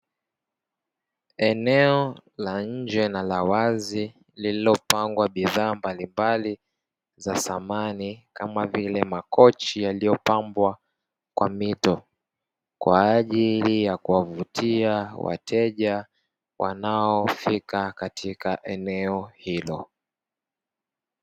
Eneo la nje na la wazi lililopangwa bidhaa mbalimbali za samani kama vile makochi yaliyopambwa kwa mito, kwa ajili ya kuwavutia wateja wanaofika katika eneo hilo.